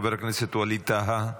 חבר הכנסת ווליד טאהא,